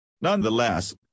Nonetheless